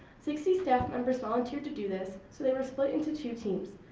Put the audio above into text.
sixty staff members volunteered to do this, so they were split into two teams.